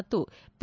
ಮತ್ತು ಪಿ